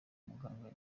muganga